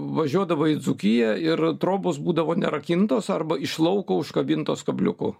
važiuodavo į dzūkiją ir trobos būdavo nerakintos arba iš lauko užkabintos kabliuku